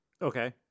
Okay